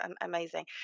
Amazing